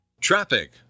Traffic